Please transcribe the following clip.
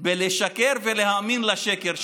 בלשקר ולהאמין לשקר שלה,